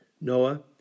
Noah